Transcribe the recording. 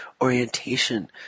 orientation